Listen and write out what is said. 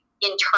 internal